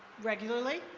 regularly.